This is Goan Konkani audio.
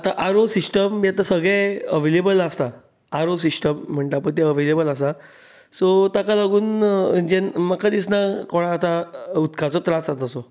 ते आर ओ सिस्टम बी आतां सगलें अवेलेबल आसा आर ओ सिस्टम म्हणटा पळय तें अवेलेबल आसा सो ताका लागून जेन्ना म्हाका दिसना कोणाक आतां उदकाचो त्रास जाता सो